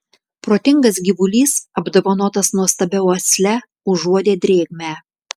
protingas gyvulys apdovanotas nuostabia uosle užuodė drėgmę